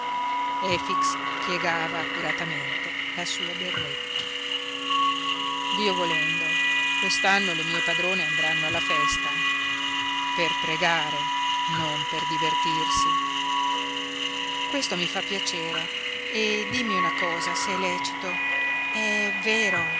piegava accuratamente la sua berretta dio volendo quest'anno le mie padrone andranno alla festa per pregare non per divertirsi questo mi fa piacere e dimmi una cosa se è lecito è vero